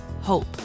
hope